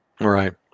right